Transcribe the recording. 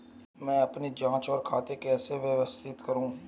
मैं अपनी जांच और बचत खाते कैसे व्यवस्थित करूँ?